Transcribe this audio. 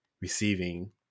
receiving